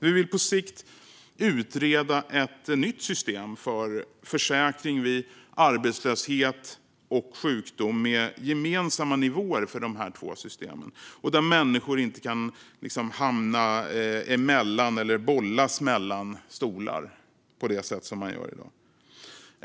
Vi vill på sikt utreda ett nytt system för försäkring vid arbetslöshet och sjukdom med gemensamma nivåer för de två systemen och där människor inte kan hamna mellan, eller bollas mellan, stolar på det sätt som det sker i dag.